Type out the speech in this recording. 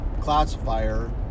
classifier